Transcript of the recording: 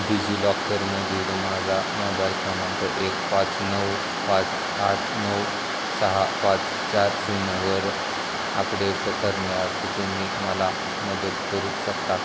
डिजिलॉकरमधील माझा मोबाईल क्रमांक एक पाच नऊ पाच आठ नऊ सहा पाच चार शून्यवर आपडेट करण्यासाठी तुम्ही मला मदत करू शकता का